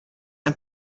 and